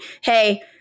hey